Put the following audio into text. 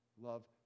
love